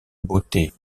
beauté